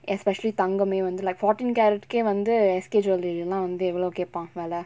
especially தங்கமே வந்து:thangamae vanthu like fourteen carat கே வந்து:ke vanthu S_K jewellery lah வந்து எவளோ கேப்பா வெல:vanthu evalo keppaa vela